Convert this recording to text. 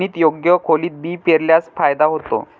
जमिनीत योग्य खोलीत बी पेरल्यास फायदा होतो